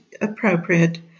appropriate